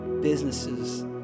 businesses